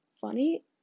funny